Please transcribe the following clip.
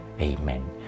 amen